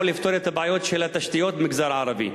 זה יכול לפתור את הבעיות של התשתיות במגזר הערבי,